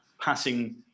passing